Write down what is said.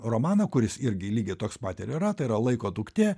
romaną kuris irgi lygiai toks pat ir yra tai yra laiko duktė